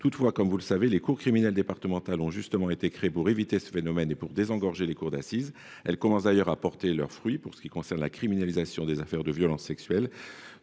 sur cette tendance. Les cours criminelles départementales ont justement été créées pour éviter ce phénomène et pour désengorger les cours d’assises. Leurs actions commencent d’ailleurs à porter leurs fruits pour ce qui concerne la criminalisation des affaires de violences sexuelles.